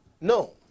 No